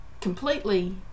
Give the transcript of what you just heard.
completely